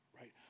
Right